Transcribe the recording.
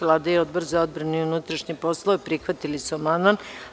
Vlada i Odbor za unutrašnje poslove prihvatili su amandman.